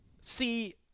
See